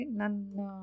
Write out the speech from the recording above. nana